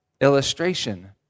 illustration